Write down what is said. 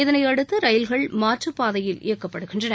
இதனை அடுத்து ரயில்கள் மாற்றுப்பாதையில் இயக்கப்படுகின்றன